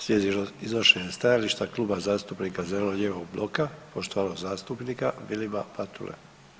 Slijedi iznošenje stajališta Kluba zastupnika zeleno-lijevog bloka poštovanog zastupnika Vilima Matule.